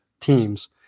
teams